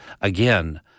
again